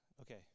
okay